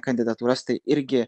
kandidatūras tai irgi